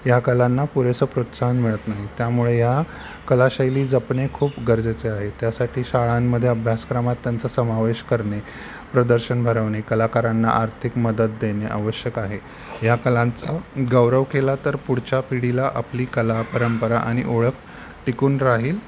ह्या कलांना पुरेसं प्रोत्साहन मिळत नाही त्यामुळे ह्या कलाशैली जपणे खूप गरजेचे आहे त्यासाठी शाळांमध्ये अभ्यासक्रमात त्यांचा समावेश करणे प्रदर्शन भरवणे कलाकारांना आर्थिक मदत देणे आवश्यक आहे ह्या कलांचा गौरव केला तर पुढच्या पिढीला आपली कला परंपरा आणि ओळख टिकून राहील